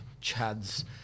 Chad's